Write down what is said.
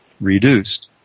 reduced